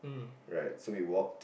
right so we walked